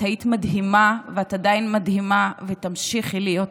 את היית מדהימה ואת עדיין מדהימה ותמשיכי להיות מדהימה,